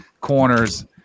corners